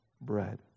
bread